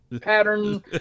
pattern